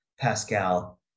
Pascal